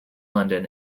london